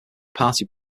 party